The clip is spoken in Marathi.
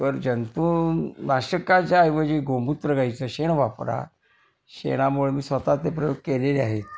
तर जंतूनाशकाच्या ऐवजी गोमूत्र गायचं शेण वापरा शेणामुळे मी स्वतः ते प्रयोग केलेले आहेत